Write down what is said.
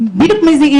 בדיוק מה זה אלצהיימר,